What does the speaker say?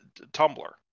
Tumblr